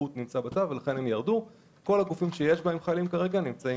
כל הגופים שיש בהם חיילים כרגע נמצאים